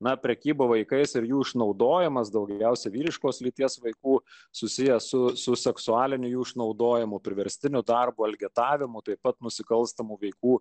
na prekyba vaikais ir jų išnaudojamas daugiausiai vyriškos lyties vaikų susijęs su seksualiniu išnaudojimu priverstiniu darbu elgetavimu taip pat nusikalstamų veikų